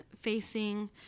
facing